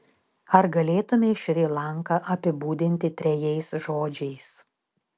ar galėtumei šri lanką apibūdinti trejais žodžiais